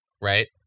right